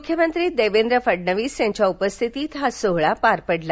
मुख्यमंत्री देवेंद्र फडणवीस यांच्या उपस्थितीत हा सोहळा पार पडला